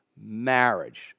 marriage